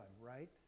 right